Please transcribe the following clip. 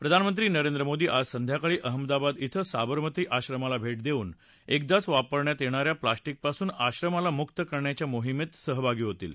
प्रधानमंत्री नरेंद्र मोदी आज संध्याकाळी अहमदाबाद इथं साबरमती आश्रमाला भे देऊन एकदाच वापरात येणा या प्लासिक्रिपासून आश्रमाला मुक्त करण्याच्या मोहिमेत सहभागी होतील